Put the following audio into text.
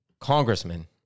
Congressman